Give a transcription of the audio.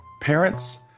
parents